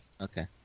Okay